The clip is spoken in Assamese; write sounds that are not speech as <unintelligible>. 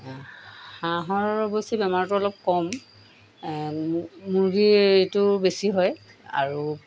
<unintelligible> হাঁহৰ অৱশ্যে বেমাৰটো অলপ কম মুৰ্গীৰ এইটো বেছি হয় আৰু